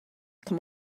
come